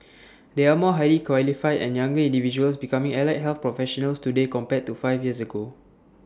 there are more highly qualified and younger individuals becoming allied health professionals today compared to five years ago